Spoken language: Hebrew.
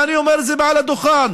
ואני אומר את זה מעל הדוכן,